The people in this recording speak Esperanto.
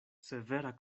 severa